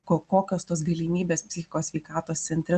ko kokios tos galimybės psichikos sveikatos centre